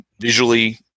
visually